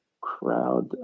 crowd